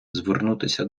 звернутися